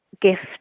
gift